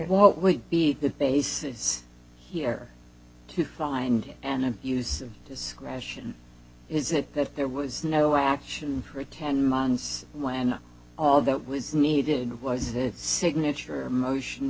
what would be the bases here to find an abuse of discretion is it that there was no action for ten months when all that was needed was the signature motion